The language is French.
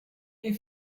est